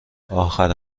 آخر